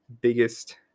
biggest